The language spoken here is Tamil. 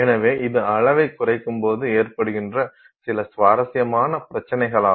எனவே இது அளவைக் குறைக்கும்போது ஏற்படுகின்ற சில சுவாரஸ்யமான பிரச்சனைகளாகும்